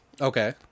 Okay